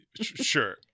Sure